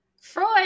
Freud